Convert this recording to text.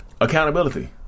accountability